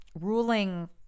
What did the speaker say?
ruling